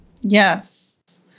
Yes